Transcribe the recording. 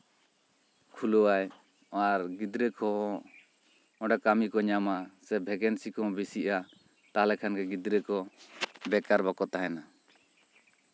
ᱠᱷᱩᱞᱟᱹᱣ ᱟᱨ ᱜᱤᱫᱽᱨᱟᱹ ᱠᱚ ᱚᱱᱰᱮ ᱠᱟᱹᱢᱤ ᱠᱚ ᱧᱟᱢᱟ ᱥᱮ ᱵᱷᱮᱠᱮᱱᱥᱤ ᱠᱚ ᱵᱮᱥᱤᱜᱼᱟ ᱛᱟᱦᱚᱞᱮ ᱠᱷᱟᱱᱜᱮ ᱜᱤᱫᱽᱨᱟᱹ ᱠᱚ ᱵᱮᱠᱟᱨ ᱵᱟᱠᱚ ᱛᱟᱦᱮᱱᱟ